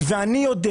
ואני יודע